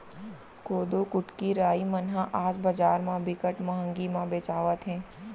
कोदो, कुटकी, राई मन ह आज बजार म बिकट महंगी म बेचावत हे